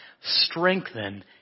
strengthen